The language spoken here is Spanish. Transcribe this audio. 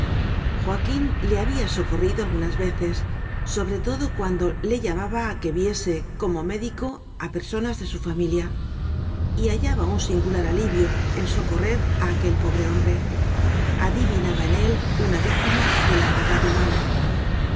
joaquín le había socorrido algunas veces sobre todo cuando le llamaba a que viese como médico a personas de su familia y hallaba un singular alivio en socorre a aquel pobre hombre adivinaba en él una víctima de la maldad humana